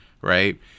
right